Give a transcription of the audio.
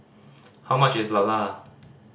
how much is lala